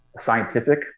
scientific